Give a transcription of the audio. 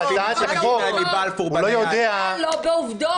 בכלל לא בעובדות.